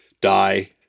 die